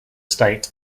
state